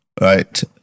Right